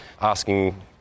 asking